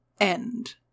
end